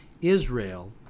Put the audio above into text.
Israel